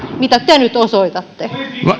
mitä te nyt osoitatte